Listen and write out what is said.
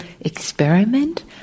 experiment